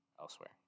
elsewhere